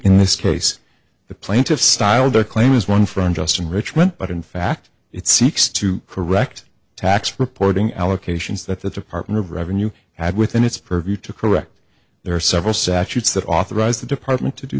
in this case the plaintiffs styled a claim as one from just enrichment but in fact it seeks to correct tax reporting allegations that the department of revenue had within its purview to correct there are several saturates that authorized the department to do